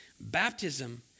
Baptism